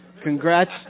Congrats